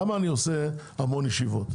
הרי למה אני עושה המון ישיבות?